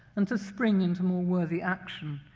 and to spring into more worthy action,